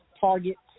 Targets